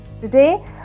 Today